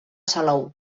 salou